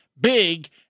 big